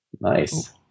Nice